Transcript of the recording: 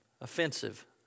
Offensive